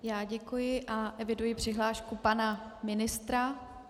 Já děkuji a eviduji řádnou přihlášku pana ministra.